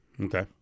Okay